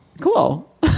Cool